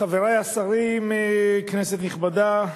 חברי השרים, כנסת נכבדה,